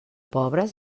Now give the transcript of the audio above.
pobres